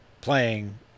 playing